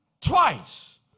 Twice